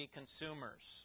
consumers